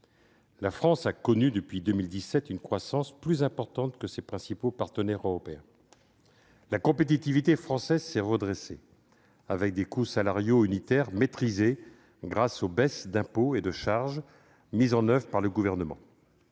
La France a connu depuis 2017 une croissance plus importante que ses principaux partenaires européens. La compétitivité française s'est redressée, avec des coûts salariaux unitaires maîtrisés grâce aux baisses d'impôts et de charges mises en oeuvre par le Gouvernement.